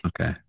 okay